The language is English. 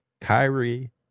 Kyrie